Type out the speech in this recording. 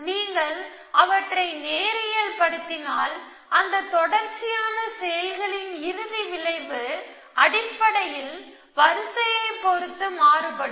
நீங்கள் அவற்றை நேரியல் படுத்தினால் அந்த தொடர்ச்சியான செயல்களின் இறுதி விளைவு அடிப்படையில் வரிசையைப் பொறுத்து மாறும்